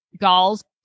Galls